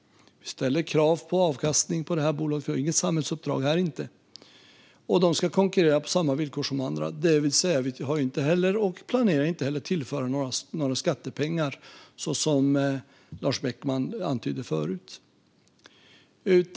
Vi ställer krav på avkastning i bolagen - här har vi inget samhällsuppdrag - och de ska konkurrera på samma villkor som andra. Vi har alltså inte tillfört och planerar inte heller att tillföra några skattepengar, så som Lars Beckman antydde förut.